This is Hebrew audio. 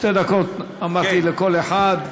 שתי דקות לכל אחד.